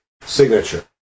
signature